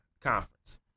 Conference